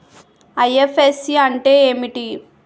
IFSC అంటే ఏమిటి?